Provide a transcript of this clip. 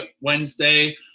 Wednesday